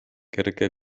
kerge